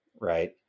right